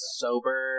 sober